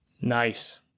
Nice